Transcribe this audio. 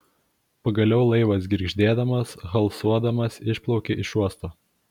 pagaliau laivas girgždėdamas halsuodamas išplaukė iš uosto